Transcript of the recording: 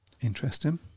Interesting